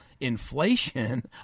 inflation